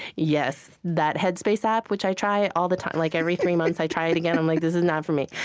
yes. that headspace app, which i try all the time like every three months, i try it again i'm like, this is not for me.